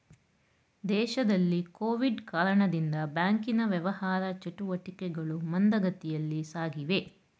ದೇಶದಲ್ಲಿ ಕೊವಿಡ್ ಕಾರಣದಿಂದ ಬ್ಯಾಂಕಿನ ವ್ಯವಹಾರ ಚಟುಟಿಕೆಗಳು ಮಂದಗತಿಯಲ್ಲಿ ಸಾಗಿವೆ